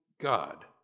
God